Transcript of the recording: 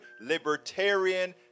libertarian